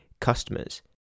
customers